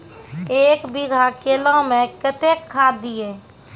एक बीघा केला मैं कत्तेक खाद दिये?